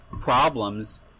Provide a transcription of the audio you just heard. problems